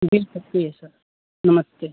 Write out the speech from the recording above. गिर सकती है सर नमस्ते